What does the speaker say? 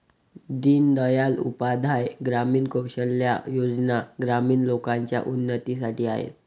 दीन दयाल उपाध्याय ग्रामीण कौशल्या योजना ग्रामीण लोकांच्या उन्नतीसाठी आहेत